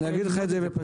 אני אגיד לך את זה בפשטות.